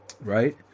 Right